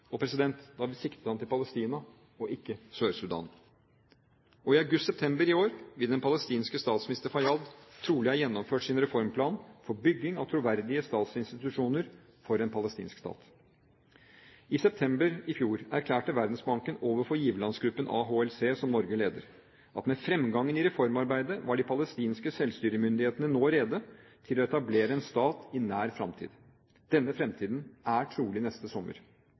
siden president Obama fra FNs talerstol sa at hans mål var at neste års generalforsamling kunne ønske en ny stat velkommen – og da siktet han til Palestina og ikke Sør-Sudan. I august–september i år vil den palestinske statsminister Fayyad trolig ha gjennomført sin reformplan for bygging av troverdige statsinstitusjoner for en palestinsk stat. I september i fjor erklærte Verdensbanken overfor giverlandsgruppen AHCL, som Norge leder, at med fremgangen i reformarbeidet var de palestinske selvstyremyndighetene nå rede til å etablere en stat i nær